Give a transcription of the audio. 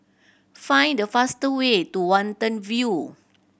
find the faster way to Watten View